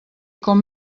com